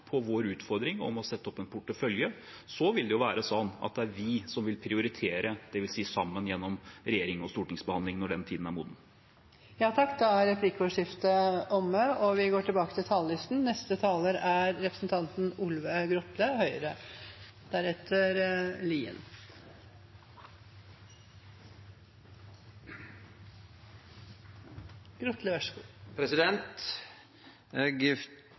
på vår utfordring om å sette opp en portefølje. Så vil det være sånn at det er vi som vil prioritere, dvs. sammen gjennom regjering og stortingsbehandling når den tiden er moden.